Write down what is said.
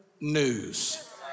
news